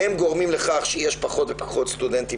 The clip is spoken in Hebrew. הם גורמים לכך שיש פחות ופחות סטודנטים